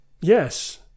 Yes